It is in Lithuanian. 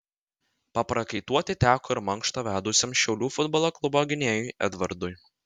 paprakaituoti teko ir mankštą vedusiam šiaulių futbolo klubo gynėjui edvardui